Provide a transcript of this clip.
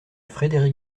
frédéric